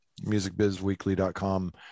musicbizweekly.com